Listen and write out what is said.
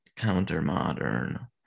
counter-modern